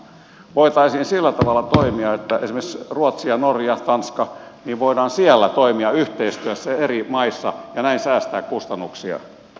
voitaisiin sillä tavalla toimia että esimerkiksi ruotsin norjan tanskan kanssa voidaan toimia yhteistyössä eri maissa ja näin säästää kustannuksia